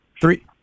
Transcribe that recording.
Three